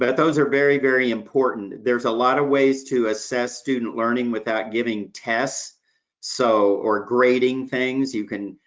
those are very, very important. there's a lot of ways to assess student learning without giving tests so or grading things. you can,